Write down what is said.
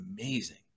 amazing